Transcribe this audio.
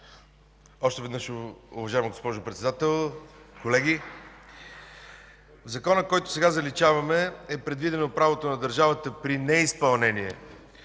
Още веднъж – уважаема госпожо Председател, колеги! В Закона, който сега заличаваме, е предвидено правото на държавата при неизпълнение